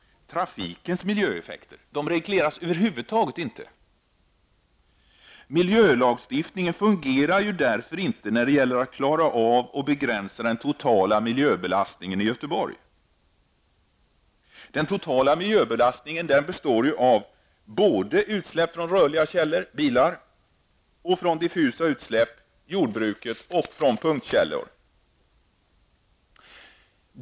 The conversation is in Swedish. Trafikens miljöeffekter regleras över huvud taget inte. Miljölagstiftningen klarar därför inte av att begränsa den totala miljöbelastningen i ett område. Den totala belastningen består ju av summan av olika punktutsläpp, utsläpp från ''rörliga källor'', bilar, diffusa utsläpp, t.ex. från jordbruket, och utsläpp från punktkällor.